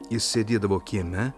jis sėdėdavo kieme